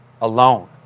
alone